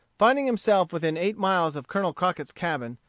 finding himself within eight miles of colonel crockett's cabin,